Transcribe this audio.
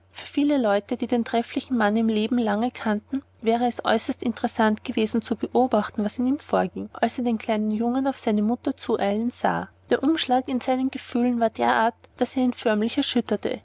für viele leute die den trefflichen mann im leben lange kannten wäre es äußerst interessant gewesen zu beobachten was in ihm vorging als er den jungen auf seine mutter zueilen sah der umschlag in seinen gefühlen war derart daß er ihn förmlich erschütterte